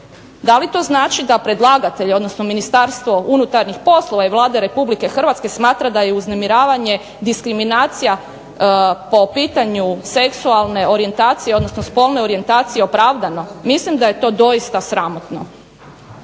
Da li to znači da predlagatelj, odnosno Ministarstvo unutarnjih poslova i Vlada Republike Hrvatske smatra da je uznemiravanje diskriminacija po pitanju seksualne orijentacije, odnosno spolne orijentacije opravdano. Mislim da je to doista sramotno.